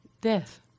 death